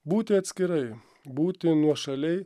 būti atskirai būti nuošaliai